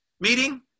meeting